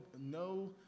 no